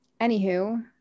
Anywho